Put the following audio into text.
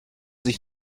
sich